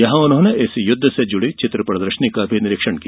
यहां उन्होंने इस युद्ध से जुड़ी चित्र प्रदर्शनी का निरीक्षण किया